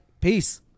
Peace